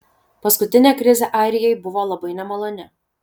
paskutinė krizė airijai buvo labai nemaloni